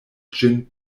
ĝin